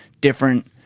different